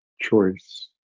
choice